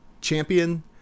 Champion